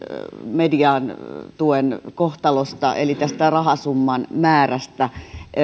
median tuen kohtalosta eli tästä rahasumman määrästä